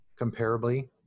comparably